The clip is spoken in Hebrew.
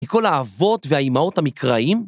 היא כל האבות והאימהות המקראיים